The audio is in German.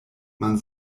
man